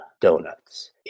Donuts